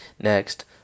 Next